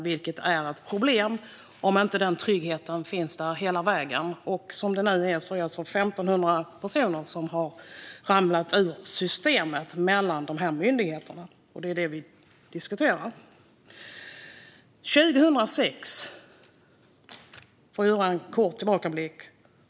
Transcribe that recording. Det är ett problem om tryggheten inte finns hela vägen. Som det är nu är det 1 500 personer som har ramlat ur systemet mellan de här myndigheterna. Det är det som vi diskuterar. Jag ska göra en kort tillbakablick.